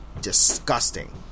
disgusting